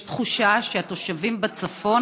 יש תחושה שהתושבים בצפון,